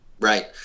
Right